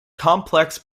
complex